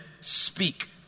speak